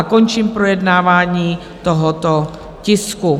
Končím projednávání tohoto tisku.